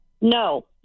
No